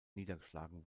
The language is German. niedergeschlagen